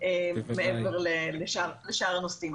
מעבר לשאר הנושאים.